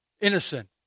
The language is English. innocent